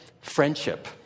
Friendship